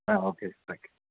ah okay thank you